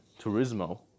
turismo